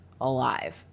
alive